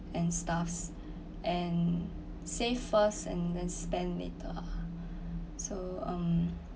and stuffs and save first and then spend later ah so um